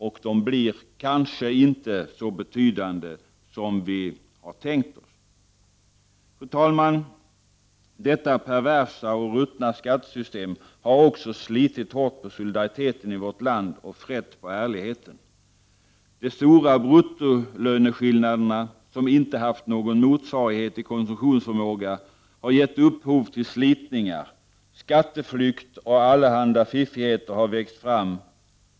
Kanske blir de inte heller så betydande som vi har tänkt oss. Fru talman! Detta perversa och ruttna skattesystem har också slitit hårt på solidariteten i vårt land och frätt på ärligheten. De stora bruttolöneskillnaderna, som inte haft någon motsvarighet i konsumtionsförmåga, har gett upphov till slitningar. Skatteflykt och allehanda fiffigheter har växt fram.